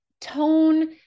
tone